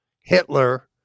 Hitler